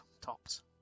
tops